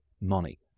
money